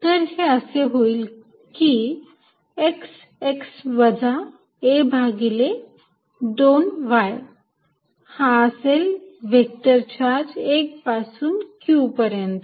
तर हे असे होईल की x x वजा a भागिले 2 y हा असेल व्हेक्टर चार्ज 1 पासून q पर्यंत